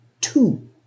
two